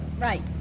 Right